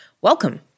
Welcome